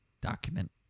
document